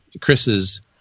Chris's